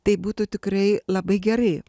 tai būtų tikrai labai gerai